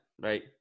right